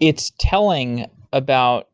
it's telling about